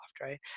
right